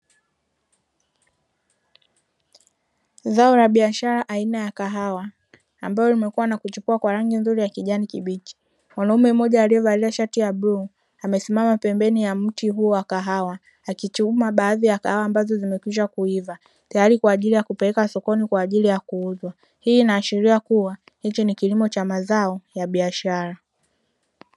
Zao la biashara aina ya kahawa ambalo limekua na kuchipua kwa rangi nzuri ya kijani kibichi, mwanaume mmoja aliyevalia shati ya buluu amesimama pembeni ya mti huo wa kahawa akichuma baadhi ya kahawa ambazo zimekwisha kuiva tayari kwa jili ya kupelekwa sokoni kwa ajili ya kuuzwa; hii inaashiria kwamba hicho ni kilimo cha mazao ya biashara.